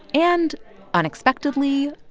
and unexpectedly,